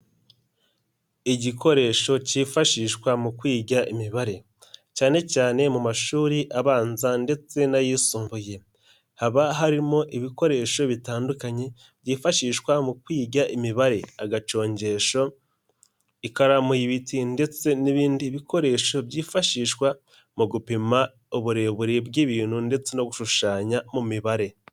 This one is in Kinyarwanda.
Igikoresho cyifashishwa mu kwiga imibare cyane cyane mu mashuri abanza ndetse n'ayisumbuye haba harimo ibikoresho bitandukanye byifashishwa mu kwiga imibare agacongesho ikaramu y'ibiti ndetse n'ibindi bikoresho byifashishwa mu gupima uburebure bw'ibintu ndetse no gushushanya mu mibare.